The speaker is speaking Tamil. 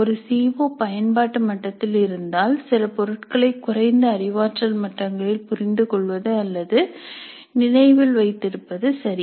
ஒரு சிஓ பயன்பாட்டு மட்டத்தில் இருந்தால் சில பொருட்களை குறைந்த அறிவாற்றல் மட்டங்களில் புரிந்துகொள்வது அல்லது நினைவில் வைத்திருப்பது சரி